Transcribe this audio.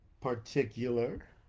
particular